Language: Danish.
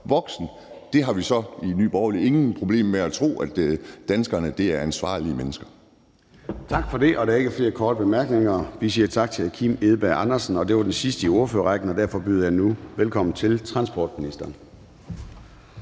voksne. Vi har så i Nye Borgerlige ingen problemer med at tro, at danskerne er ansvarlige mennesker. Kl. 10:27 Formanden (Søren Gade): Tak for det. Der er ikke flere korte bemærkninger. Vi siger tak til hr. Kim Edberg Andersen, der var den sidste i ordførerrækken. Derfor byder jeg nu velkommen til transportministeren.